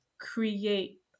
Create